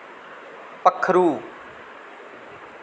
पक्खरू